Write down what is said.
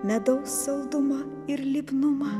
medaus saldumą ir lipnumą